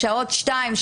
בשתיים,